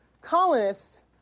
colonists